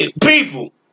people